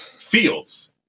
Fields